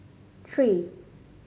three